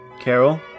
Carol